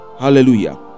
Hallelujah